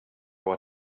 what